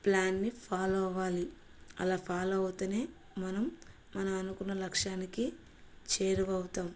ప్లాన్ని ఫాలో అవాలి అలా ఫాలో అవుతేనే మనం మనం అనుకున్న లక్ష్యానికి చేరువవుతాం